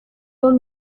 rom